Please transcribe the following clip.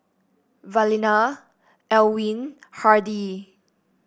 Evalena Elwin Hardie